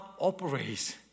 operates